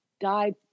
died